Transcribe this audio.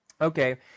okay